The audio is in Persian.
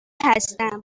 هستم